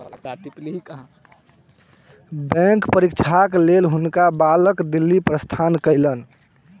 bank परीक्षाक लेल हुनका बालक दिल्ली प्रस्थान कयलैन